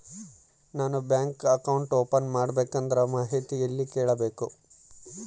ನಾನು bank account open ಮಾಡಬೇಕಂದ್ರ ಮಾಹಿತಿ ಎಲ್ಲಿ ಕೇಳಬೇಕು?